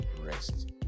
rest